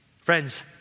Friends